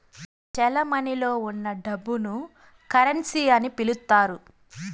చెలమణిలో ఉన్న డబ్బును కరెన్సీ అని పిలుత్తారు